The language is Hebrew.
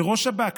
לראש השב"כ,